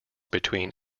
between